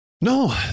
No